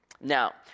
Now